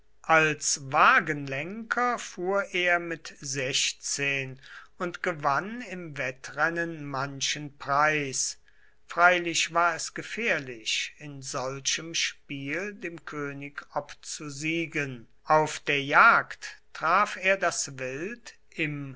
als wagenlenker fuhr er mit sechzehn und gewann im wettrennen manchen preis freilich war es gefährlich in solchem spiel dem könig obzusiegen auf der jagd traf er das wild im